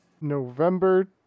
November